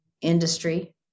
industry